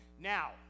Now